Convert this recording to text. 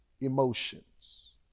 emotions